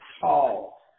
tall